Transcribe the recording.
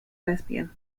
lesbian